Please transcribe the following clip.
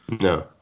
No